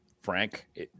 Frank